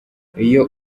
iyo